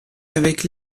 avec